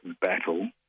battle